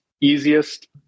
easiest